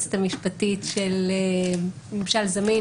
היועצת המשפטית של ממשל זמין,